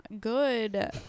good